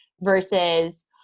versus